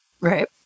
Right